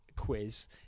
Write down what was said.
quiz